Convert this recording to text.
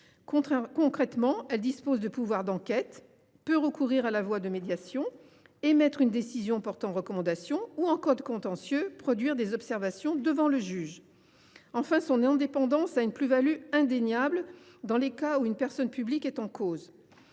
Concrètement, elle dispose de pouvoirs d’enquête et peut recourir à la voie de la médiation, émettre une décision portant recommandation ou, en cas de contentieux, produire des observations devant le juge. Enfin, son indépendance est une plus value indéniable dans les cas où une personne publique est en cause.